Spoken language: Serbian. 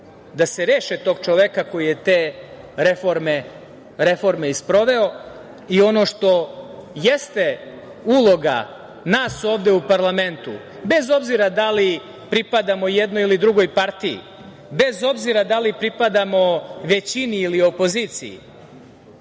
da se reše tog čoveka koji je te reforme i sproveo. Ono što jeste uloga nas ovde u parlamentu, bez obzira da li pripadamo jednoj ili drugoj partiji, bez obzira da li pripadamo većini ili opoziciji,